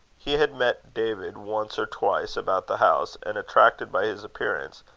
he had met david once or twice about the house, and, attracted by his appearance,